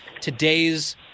today's